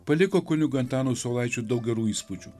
paliko kunigui antanui saulaičiui daug gerų įspūdžių